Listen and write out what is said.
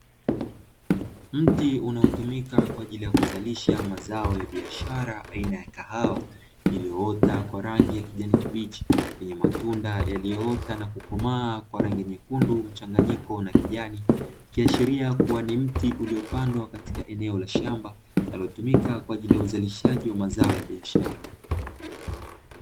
Mti unautumika kwa ajili ya kuzalisha mazao ya biashara aina ya kahawa iliyoota kwa rangi ya kijani kibichi yenye matunda yaliyoota na kukomaa kwa rangi nyekundu mchanganyiko na kijani, ikiashiria kuwa na mti ulipandwa katika eneo la shamba linalotumika kwa ajili ya uzalishaji wa mazao ya biashara.